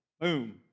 boom